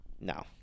no